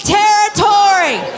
territory